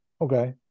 Okay